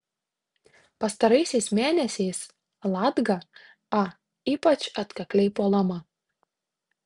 pastaraisiais mėnesiais latga a ypač atkakliai puolama